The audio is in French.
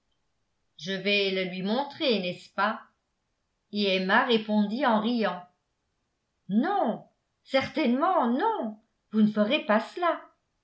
je vais le lui montrer n'est-ce pas et emma répondit en riant non certainement non vous ne ferez pas cela